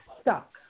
stuck